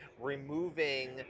removing